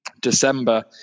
December